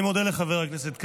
אני מודה לחבר הכנסת קלנר.